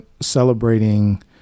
celebrating